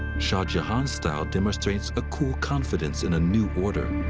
shah jahan's style demonstrates a cool confidence in a new order.